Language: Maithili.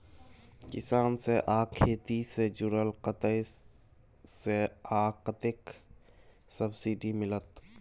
किसान से आ खेती से जुरल कतय से आ कतेक सबसिडी मिलत?